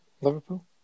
Liverpool